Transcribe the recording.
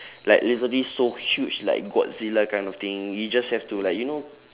like literally so huge like godzilla kind of thing you just have to like you know